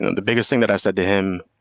the biggest thing that i said to him,